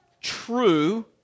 true